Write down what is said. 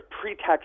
pretext